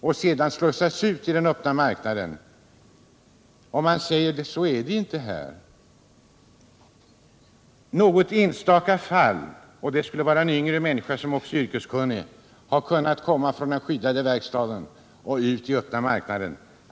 Jag har frågat vederbörande där uppe hur det är ställt. Så är det inte här, säger man. Bara någon enstaka — det skulle då vara en yngre person som också 125 är yrkeskunnig — har kunnat komma från den skyddade verkstaden och ut i öppna marknaden.